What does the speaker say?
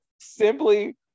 simply